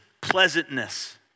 pleasantness